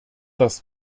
das